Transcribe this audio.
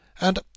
And